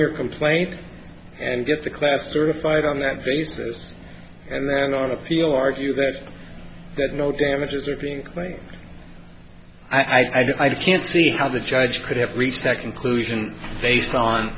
your complaint and get the class certified on that basis and then on appeal argue that that no damages are being claimed i can't see how the judge could have reached that conclusion based